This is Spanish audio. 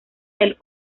del